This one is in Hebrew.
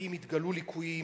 שאם יתגלו ליקויים